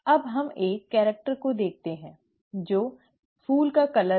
अब हम एक कैरिक्टर को देखते हैं ठीक है जो फूल के रंग का है